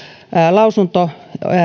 lausunto